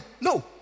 No